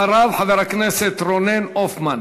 אחריו, חבר הכנסת רונן הופמן.